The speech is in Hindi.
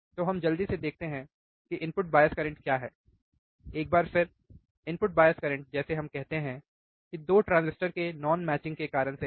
तो हम जल्दी से देखते हैं कि इनपुट बायस करंट क्या है एक बार फिर इनपुट बायस करंट जैसे हम कहते हैं कि 2 ट्रांजिस्टर के नॉन मैचिंग के कारण से है